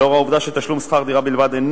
לאור העובדה שתשלום שכר דירה בלבד אינו